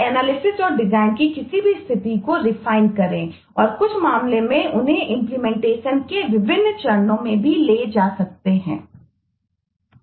और एनालिसिसके विभिन्न चरणों में भी ले जा सकते हैं